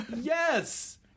yes